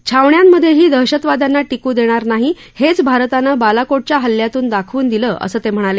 छावण्यांमध्येही दहशतवाद्यांना टिक् देणार नाही हेच भारतानं बालाकोटच्या हल्ल्यातून दाखवून दिलं आहे असं ते म्हणाले